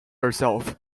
herself